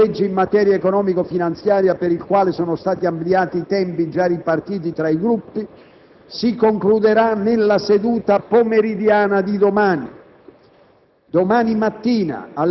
L'esame del decreto-legge in materia economico-fìnanziaria, per il quale sono stati ampliati i tempi già ripartiti tra i Gruppi, si concluderà nella seduta pomeridiana di domani.